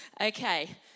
Okay